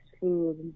food